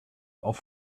auf